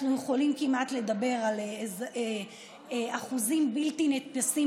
אנחנו יכולים לדבר על אחוזים בלתי נתפסים,